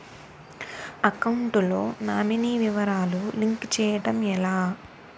Account లో nominee వివరాలు link చేయటం ఎలా?